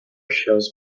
shows